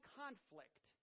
conflict